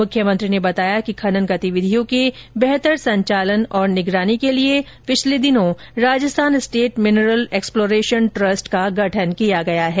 मुख्यमंत्री ने बताया कि खनन गतिविधियों के बेहतर संचालन और मॉनिटरिंग के लिए बीते दिनों Rajasthan state mineral exploration trust का गठन किया गया है